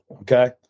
okay